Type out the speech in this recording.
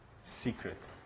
secret